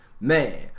Man